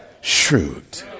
shrewd